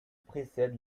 précède